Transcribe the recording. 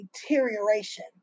deterioration